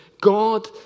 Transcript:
God